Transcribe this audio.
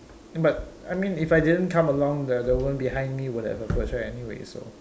but I mean if I didn't come along the the woman behind me would have approached her anyway so